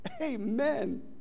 Amen